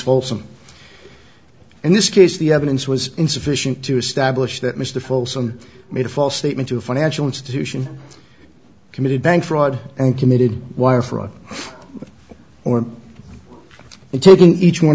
folsom in this case the evidence was insufficient to establish that mr folsom made a false statement to a financial institution committed bank fraud and committed wire fraud or in taking each one